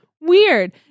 Weird